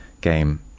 game